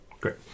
Great